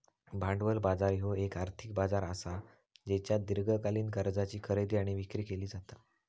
भांडवल बाजार ह्यो येक आर्थिक बाजार असा ज्येच्यात दीर्घकालीन कर्जाची खरेदी आणि विक्री केली जाता